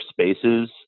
spaces